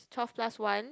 twelve plus one